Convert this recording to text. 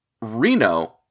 Reno